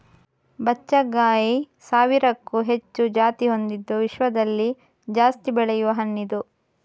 ಬಚ್ಚಗಾಂಯಿ ಸಾವಿರಕ್ಕೂ ಹೆಚ್ಚು ಜಾತಿ ಹೊಂದಿದ್ದು ವಿಶ್ವದಲ್ಲಿ ಜಾಸ್ತಿ ಬೆಳೆಯುವ ಹಣ್ಣಿದು